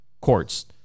courts